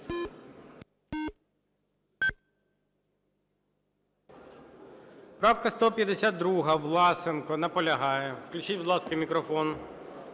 Правка 152, Власенко. Наполягає. Включіть, будь ласка, мікрофон.